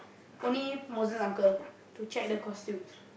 only Moses uncle to check the costumes